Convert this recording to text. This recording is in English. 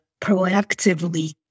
proactively